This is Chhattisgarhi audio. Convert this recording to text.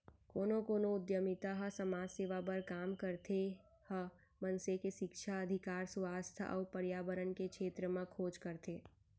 कोनो कोनो उद्यमिता ह समाज सेवा बर काम करथे ए ह मनसे के सिक्छा, अधिकार, सुवास्थ अउ परयाबरन के छेत्र म खोज करथे